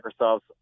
Microsoft's